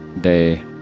Day